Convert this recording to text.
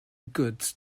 goods